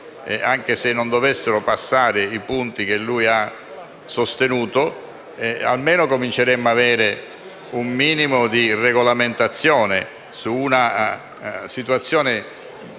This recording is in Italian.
se non dovessero essere approvati i punti che lui ha sostenuto, almeno cominceremmo ad avere un minimo di regolamentazione su una situazione